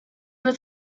was